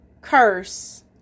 curse